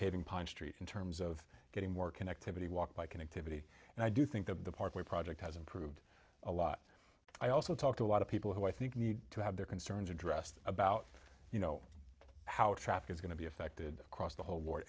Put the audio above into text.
paving pine street in terms of getting more connectivity walk by connectivity and i do think the hardware project has improved a lot i also talked a lot of people who i think need to have their concerns addressed about you know how traffic is going to be affected across the whole war